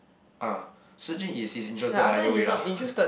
uh Su-Jin is he's interested either way lah